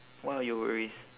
what are your worries